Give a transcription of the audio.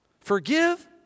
Forgive